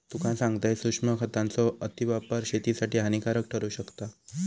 तुका सांगतंय, सूक्ष्म खतांचो अतिवापर शेतीसाठी हानिकारक ठरू शकता